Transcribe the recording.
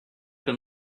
been